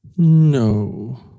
No